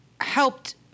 helped